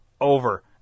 Over